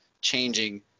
changing